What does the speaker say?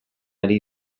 ari